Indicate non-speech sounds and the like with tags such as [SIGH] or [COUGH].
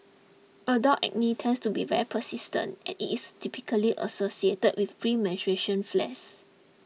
adult acne tends to be very persistent and it is typically associated with [UNINTELLIGIBLE] flares